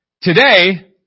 Today